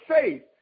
Faith